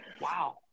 Wow